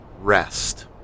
Rest